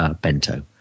Bento